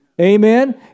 Amen